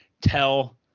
tell